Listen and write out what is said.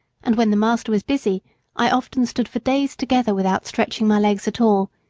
and when the master was busy i often stood for days together without stretching my legs at all,